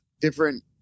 different